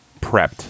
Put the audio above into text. prepped